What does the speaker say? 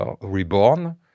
reborn